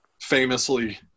famously